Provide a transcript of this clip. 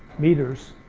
meters,